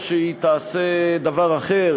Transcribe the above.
היא עלולה לעשות דבר אחר,